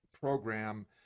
program